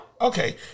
Okay